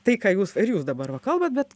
tai ką jūs ir jūs dabar va kalbat bet